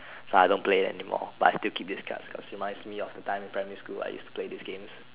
so I don't play anymore but I still keep this cards cause it reminds me of the time in primary school I use to play this games